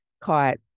caught